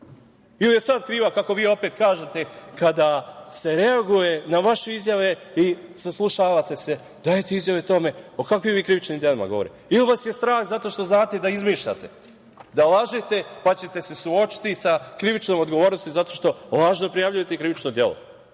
Ili je sad kriva, kako vi opet kažete, kada se reaguje na vaše izjave i saslušavate se, dajete izjave o tome o kakvim vi krivičnim delima govorite? Ili vas je strah zato što znate da izmišljate, da lažete, pa ćete se suočiti sa krivičnom odgovornosti zato što lažno prijavljujete krivično delo?